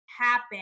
happen